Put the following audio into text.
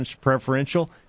preferential